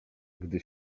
gdy